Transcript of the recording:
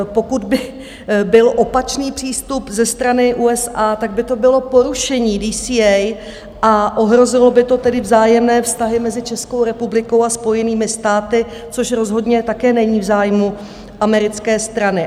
Pokud by byl opačný přístup ze strany USA, tak by to bylo porušení DCA a ohrozilo by to tedy vzájemné vztahy mezi Českou republikou a Spojenými státy, což rozhodně také není v zájmu americké strany.